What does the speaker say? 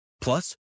Plus